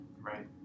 right